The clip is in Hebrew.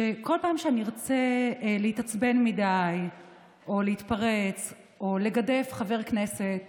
שכל פעם שאני ארצה להתעצבן מדי או להתפרץ או לגדף חבר הכנסת